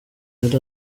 yari